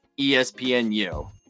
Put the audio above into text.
ESPNU